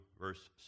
verse